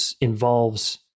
involves